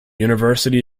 university